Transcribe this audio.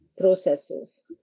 processes